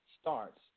starts